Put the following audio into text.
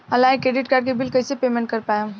Online credit card के bill कइसे payment कर पाएम?